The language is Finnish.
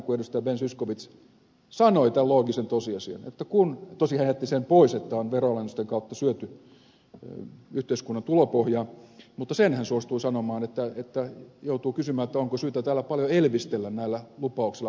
ben zyskowicz sanoi tämän loogisen tosiasian tosin hän jätti sen pois että on veronalennusten kautta syöty yhteiskunnan tulopohjaa mutta sen hän suostui sanomaan että joutuu kysymään onko syytä täällä paljon elvistellä näillä lupauksilla paremmasta sosiaaliturvasta